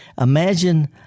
Imagine